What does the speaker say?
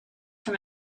from